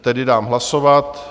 Tedy dám hlasovat.